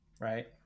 Right